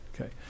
okay